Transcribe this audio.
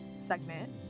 segment